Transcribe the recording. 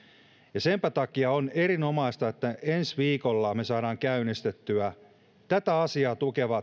ja senpä takia on erinomaista että ensi viikolla me saamme käynnistettyä tämmöisen tätä asiaa tukevan